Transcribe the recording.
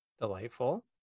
Delightful